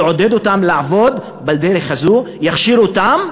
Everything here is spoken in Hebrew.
יעודד אותם לעבוד בדרך הזו, יכשיר אותם,